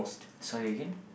sorry again